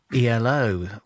ELO